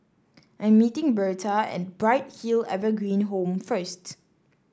I'm meeting Bertha at Bright Hill Evergreen Home first